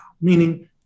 Meaning